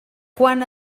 quant